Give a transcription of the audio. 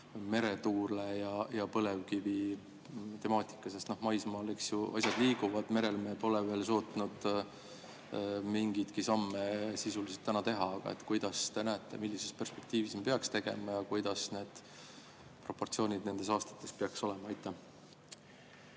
meretuule ja põlevkivi temaatika? Maismaal asjad liiguvad, merel me pole veel suutnud mingeidki samme sisuliselt ära teha. Kuidas te näete, millises perspektiivis me peaks tegema ja kuidas need proportsioonid nendes aastates peaks olema? Aitäh,